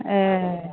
ए